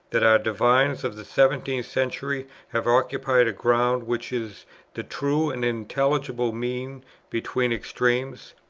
that our divines of the seventeenth century have occupied a ground which is the true and intelligible mean between extremes?